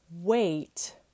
wait